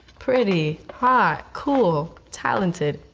pretty, hot, cool, talented,